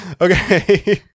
Okay